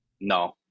No